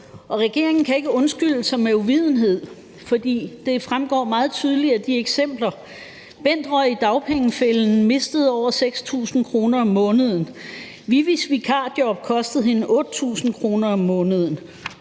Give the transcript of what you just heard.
Regeringen kan ikke undskylde sig med uvidenhed, for det fremgår meget tydeligt af de eksempler, der er: »Bent røg i dagpengefælden: Mistede over 6.000 kroner om måneden«, »Vivis vikarjob koster hende 8.000 kroner om måneden«,